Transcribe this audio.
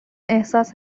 احساس